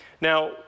Now